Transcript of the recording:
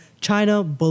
China